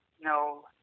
No